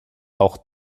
auch